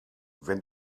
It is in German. wenn